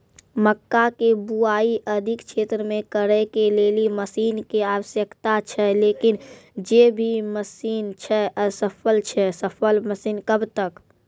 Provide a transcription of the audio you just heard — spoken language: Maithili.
मक्का के बुआई अधिक क्षेत्र मे करे के लेली मसीन के आवश्यकता छैय लेकिन जे भी मसीन छैय असफल छैय सफल मसीन कब तक?